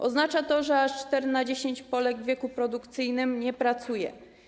Oznacza to, że aż cztery na 10 Polek w wieku produkcyjnym nie pracuje.